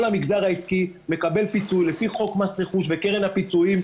המגזר העסקי מקבל פיצוי לפי חוק מס רכוש וקרן הפיצויים,